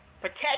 protect